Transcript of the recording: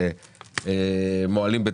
אנחנו עובדים בשביל הדור הצעיר שנמצא כאן.